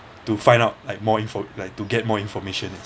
to find out more like more info like to get more information and stuff